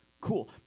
cool